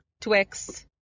Twix